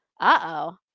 Uh-oh